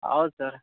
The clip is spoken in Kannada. ಹೌದ್ ಸರ್